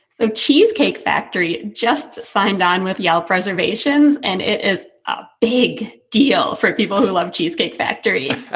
the cheesecake factory just signed on with your preservations, and it is a big deal for people who love cheesecake factory. ah